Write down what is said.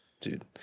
Dude